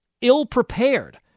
ill-prepared